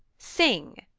sing,